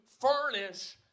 furnish